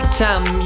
time